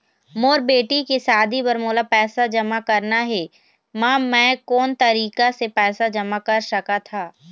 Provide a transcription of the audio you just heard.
मोर बेटी के शादी बर मोला पैसा जमा करना हे, म मैं कोन तरीका से पैसा जमा कर सकत ह?